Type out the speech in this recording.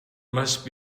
must